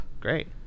Great